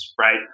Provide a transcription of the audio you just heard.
right